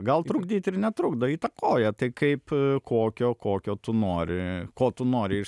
gal trukdyt ir netrukdo įtakoja tai kaip kokio kokio tu nori ko tu nori iš